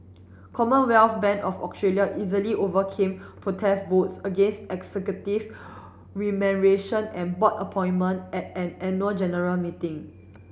Commonwealth Bank of Australia easily overcame protest votes against executive remuneration and board appointment at an annual general meeting